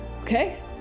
okay